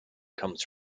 comes